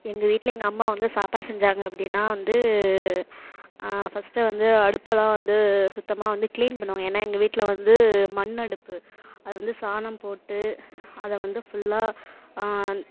எங்கள் வீட்டில எங்கள் அம்மா வந்து சாப்பாடு செஞ்சாங்க அப்படின்னா வந்து ஃபஸ்ட்டு வந்து அடுப்பெலாம் வந்து சுத்தமாக வந்து க்ளீன் பண்ணுவாங்க ஏன்னா எங்கள் வீட்டில வந்து மண்ணடுப்பு அது வந்து சாணம் போட்டு அதை வந்து ஃபுல்லாக